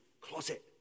closet